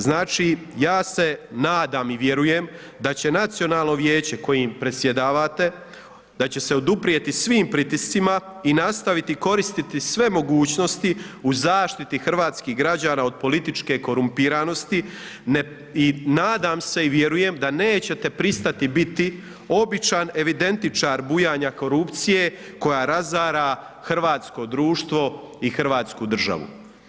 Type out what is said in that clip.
Znači ja se nadam i vjerujem da će Nacionalno vijeće kojim predsjedavate, da će se oduprijeti svim pritiscima i nastaviti koristiti sve mogućnosti u zaštiti hrvatskih građana od političke korumpiranosti i nadam se i vjerujem da nećete pristati biti običan evidentičar bujanja korupcije koja razara hrvatsko društvo i Hrvatsku državu.